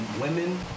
women